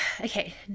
Okay